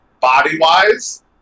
body-wise